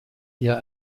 ihr